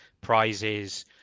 prizes